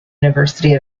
university